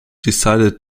decided